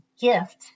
gift